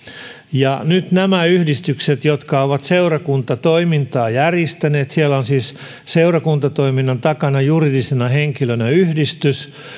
nyt myös nämä yhdistykset jotka ovat seurakuntatoimintaa järjestäneet siellä on siis seurakuntatoiminnan takana juridisena henkilönä yhdistys